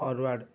forward